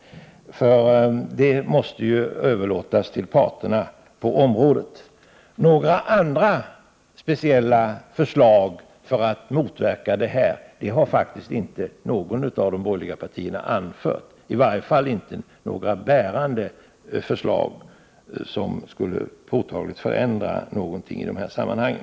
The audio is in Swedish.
Det måste överlåtas till parterna på området. Några andra speciella förslag för att motverka de här problemen har faktiskt inte något av de borgerliga partierna anfört, i varje fall inte några bärande förslag som skulle påtagligt förändra någonting i dessa sammanhang.